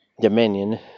Dominion